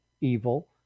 evil